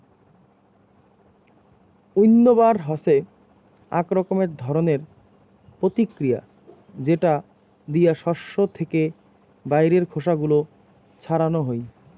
উইন্নবার হসে আক রকমের ধরণের প্রতিক্রিয়া যেটা দিয়া শস্য থেকে বাইরের খোসা গুলো ছাড়ানো হই